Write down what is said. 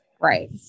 Right